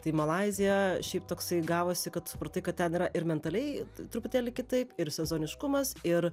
tai malaizija šiaip toksai gavosi kad supratai kad ten yra ir mentaliai truputėlį kitaip ir sezoniškumas ir